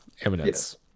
eminence